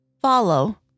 Follow